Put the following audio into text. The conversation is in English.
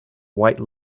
white